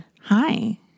Hi